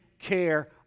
care